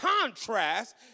contrast